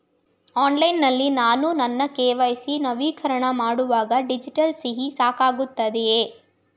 Online ನಲ್ಲಿ ನಾನು ನನ್ನ ಕೆ.ವೈ.ಸಿ ನವೀಕರಣ ಮಾಡುವಾಗ ಡಿಜಿಟಲ್ ಸಹಿ ಸಾಕಾಗುತ್ತದೆಯೇ?